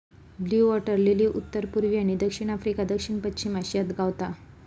blue water lily उत्तर पुर्वी आणि दक्षिण आफ्रिका, दक्षिण पश्चिम आशियात गावता